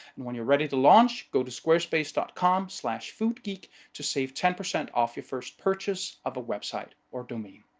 and when you're ready to launch, go to squarespace dot com slash foodgeek to save ten percent off your first purchase of a website or domain.